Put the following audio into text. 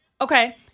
Okay